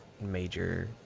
major